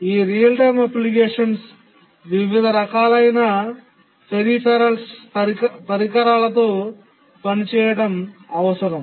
ఈ నిజ సమయ అనువర్తనాల్లో వివిధ రకాలైన పరిధీయ పరికరాలతో పనిచేయడం అవసరం